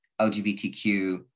lgbtq